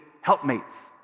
helpmates